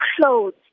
clothes